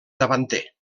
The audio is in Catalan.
davanter